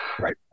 Right